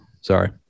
sorry